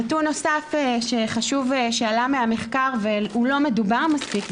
נתון נוסף חשוב שעלה מהמחקר והוא לא מדובר מספיק,